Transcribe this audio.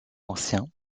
anciens